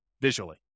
visually